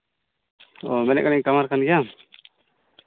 ᱢᱮᱱᱮᱫ ᱠᱟᱹᱱᱟᱹᱧ ᱠᱟᱢᱟᱨ ᱠᱟᱱ ᱜᱮᱭᱟᱢ